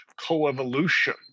coevolution